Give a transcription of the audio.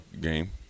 game